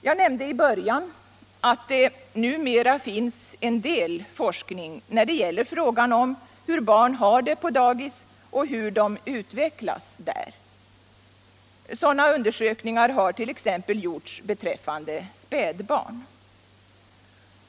Jag nämnde i början att det numera finns en del forskning när det gäller frågan om hur barn har det på ”dagis” och hur de utvecklas där. Sådana undersökningar har 1. ex. gjorts beträffande spädbarn.